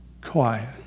quiet